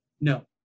No